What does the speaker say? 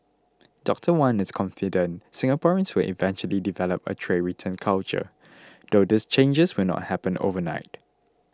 Doctor Wan is confident Singaporeans will eventually develop a tray return culture though these changes will not happen overnight